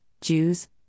Jews